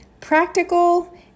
practical